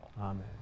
amen